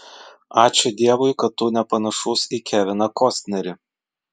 ačiū dievui kad tu nepanašus į keviną kostnerį